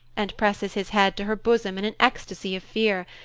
and presses his head to her bosom in an ecstasy of fear,